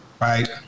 right